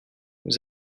vous